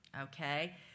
okay